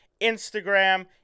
Instagram